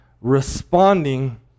responding